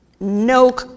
No